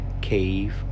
Cave